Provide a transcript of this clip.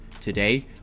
Today